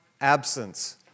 absence